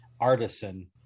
artisan